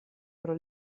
pro